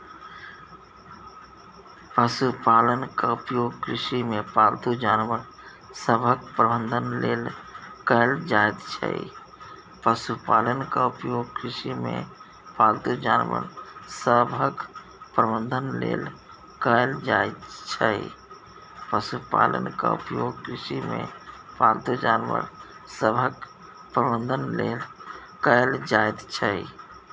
पशुपालनक उपयोग कृषिमे पालतू जानवर सभक प्रबंधन लेल कएल जाइत छै